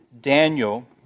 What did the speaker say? Daniel